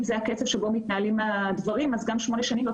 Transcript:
אם זה הקצב שבו מתנהלים הדברים אז גם שמונה שנים לא